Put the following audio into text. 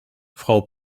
frau